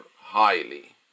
highly